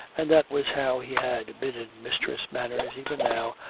and that was how he had bidden mistress manners, even now,